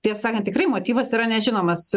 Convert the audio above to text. tiesą sakant tikrai motyvas yra nežinomas